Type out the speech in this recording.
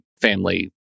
family